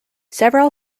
several